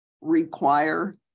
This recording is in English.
require